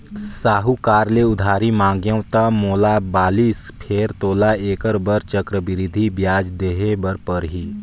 साहूकार ले उधारी मांगेंव त मोला बालिस फेर तोला ऐखर बर चक्रबृद्धि बियाज देहे बर परही